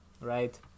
right